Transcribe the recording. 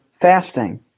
fasting